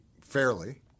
fairly—